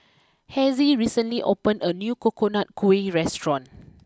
Hezzie recently opened a new Coconut Kuih restaurant